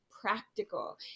practical